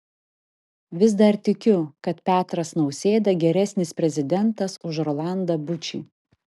vis dar tikiu kad petras nausėda geresnis prezidentas už rolandą bučį